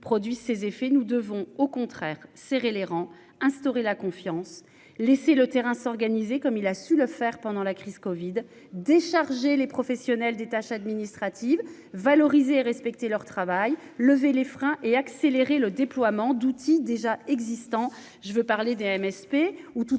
produit ses effets, nous devons au contraire serrer les rangs instaurer la confiance. Laisser le terrain s'organiser comme il a su le faire pendant la crise Covid décharger les professionnels des tâches administratives valorisé respecter leur travail lever les freins et accélérer le déploiement d'outils déjà existants. Je veux parler MSP ou toute